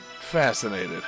fascinated